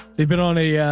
they've been on a, yeah